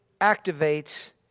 activates